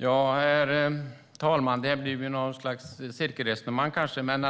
Herr talman! Det blir kanske något slags cirkelresonemang, men